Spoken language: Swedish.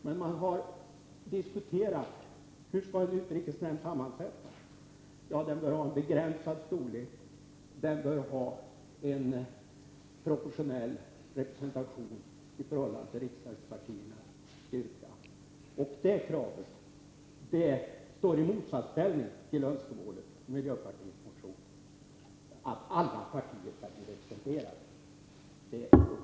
Men man har diskuterat hur en utrikesnämnd skall vara sammansatt. Den bör ha en begränsad storlek, och den bör ha en proportionell representation i förhållande till riksdagspartiernas styrka. Det kravet står i motsatsställning till önskemålet i miljöpartiets motion om att alla partier skall bli representerade.